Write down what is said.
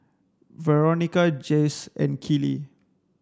Veronica Jase and Keeley